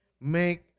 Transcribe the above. make